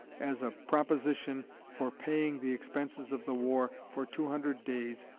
as a proposition for paying the expenses of the war for two hundred days,